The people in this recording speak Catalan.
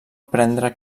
prendre